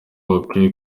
bakwiye